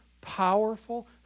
powerful